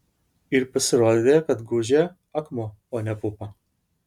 ir pasirodė kad gūžyje akmuo o ne pupa